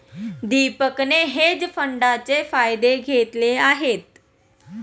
दीपकने हेज फंडाचे फायदे घेतले आहेत